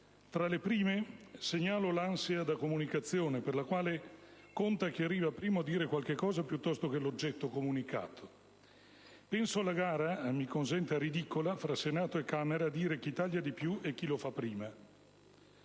Tra le prime, segnalo l'ansia da comunicazione per la quale conta chi arriva primo a dire qualcosa, piuttosto che l'oggetto comunicato. Penso alla gara - mi consenta di dire - ridicola tra Senato e Camera a dire chi taglia di più e chi lo fa prima.